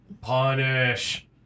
Punish